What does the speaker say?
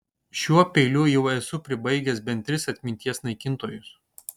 šiuo peiliu jau esu pribaigęs bent tris atminties naikintojus